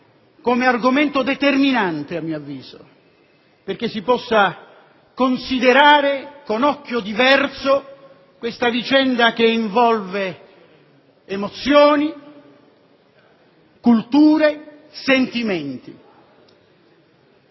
come argomento determinante, a mio avviso, perché si possa considerare con occhio diverso questa vicenda che involve emozioni, culture e sentimenti.